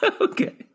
Okay